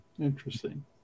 Interesting